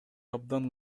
абдан